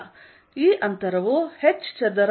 ಈ ಅಂತರವು h ಚದರ ಮತ್ತು R ಚದರ